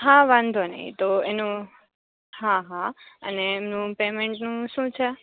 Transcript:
હા વાંધોનઈ તો એનું હા હા અને એનું પેમેન્ટનું શું છે